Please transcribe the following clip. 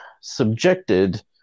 subjected